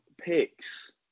picks